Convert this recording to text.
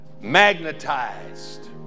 Magnetized